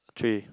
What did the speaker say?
three